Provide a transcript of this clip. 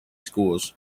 schools